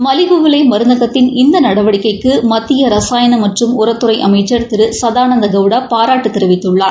மலிவு விலை மருந்தகத்தின் இந்த நடவடிக்கைக்கு மத்திய ரசாயன மற்றும் உரத்துறை அமைச்சி திரு சதானந்த கவுடா பாராட்டு தெரிவித்துள்ளார்